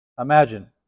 Imagine